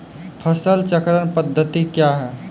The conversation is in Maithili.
फसल चक्रण पद्धति क्या हैं?